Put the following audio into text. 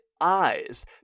eyes